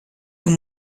vous